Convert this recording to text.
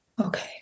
Okay